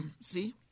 See